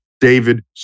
David